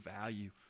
value